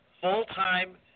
full-time